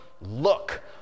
look